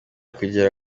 kugira